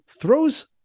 throws